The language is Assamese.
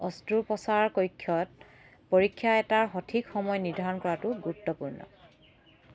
অস্ত্ৰোপচাৰকক্ষত পৰীক্ষা এটাৰ সঠিক সময় নিৰ্ধাৰণ কৰাটো গুৰুত্বপূৰ্ণ